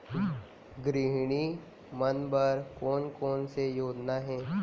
गृहिणी मन बर कोन कोन से योजना हे?